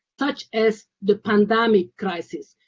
such as the pandemic crisis.